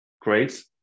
Great